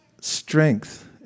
strength